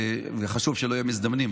וחשוב שלא יהיו מזדמנים,